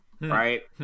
right